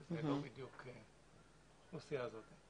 שזה לא בדיוק האוכלוסייה הזאת.